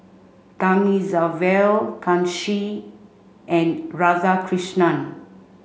Thamizhavel Kanshi and Radhakrishnan